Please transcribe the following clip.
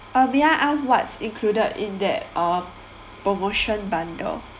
uh may I ask what's included in that uh promotion bundle